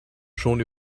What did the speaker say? schon